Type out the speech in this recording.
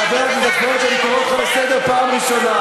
חבר הכנסת פריג', אני קורא אותך לסדר פעם ראשונה.